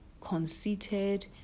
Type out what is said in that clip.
conceited